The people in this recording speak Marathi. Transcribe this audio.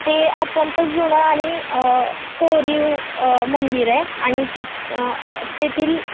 ते अत्यंत जुनं आणि कोरीव मंदिर आहे आणि तिथं तेथील